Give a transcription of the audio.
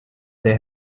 they